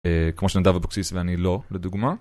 כמו שנדב אבוקסיס ואני לא, לדוגמה